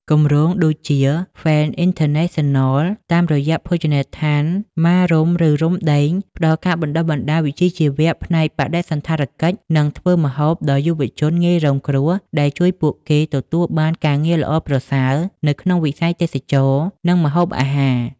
គម្រោងដូចជាហ្វេនស៍ អុីនធឺណេសិនណល តាមរយៈភោជនីយដ្ឋានមារុំឬរុំដេង ផ្តល់ការបណ្តុះបណ្តាលវិជ្ជាជីវៈផ្នែកបដិសណ្ឋារកិច្ច និងធ្វើម្ហូបដល់យុវជនងាយរងគ្រោះ ដែលជួយពួកគេទទួលបានការងារល្អប្រសើរ នៅក្នុងវិស័យទេសចរណ៍ និងម្ហូបអាហារ។